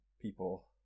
people